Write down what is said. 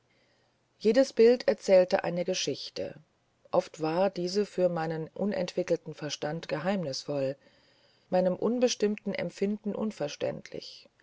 jedes bild erzählte eine geschichte oft war diese für meinen unentwickelten verstand geheimnisvoll meinem unbestimmten empfinden unverständlich